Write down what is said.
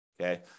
okay